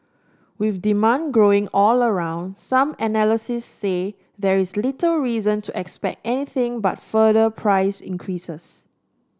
with demand growing all around some analysts say there is little reason to expect anything but further price increases